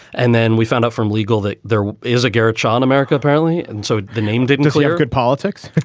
and then we found out from legal that there is a garage, sean america apparently. and so the name didn't really good politics.